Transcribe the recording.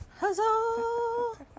Huzzah